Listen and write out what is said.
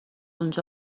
اونجا